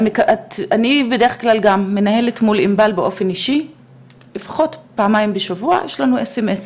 אני בדרך כלל גם מנהלת מול עינבל באופן אישי לפחות פעמיים בשבוע סמסים,